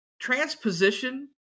transposition